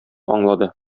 аңлады